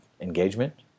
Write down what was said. engagement